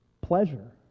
pleasure